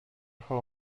how